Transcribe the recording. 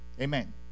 Amen